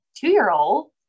two-year-old